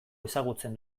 ezagutzen